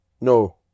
No